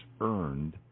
earned